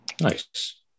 nice